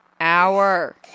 hour